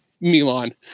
Milan